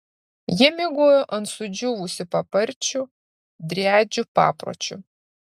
jie miegojo ant sudžiūvusių paparčių driadžių papročiu